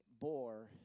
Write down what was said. bore